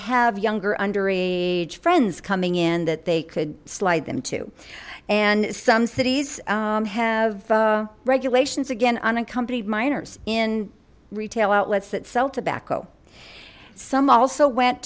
have younger underage friends coming in that they could slide them to and some cities have regulations again unaccompanied minors in retail outlets that sell tobacco some also went